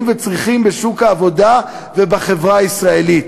וצריכים בשוק העבודה ובחברה הישראלית.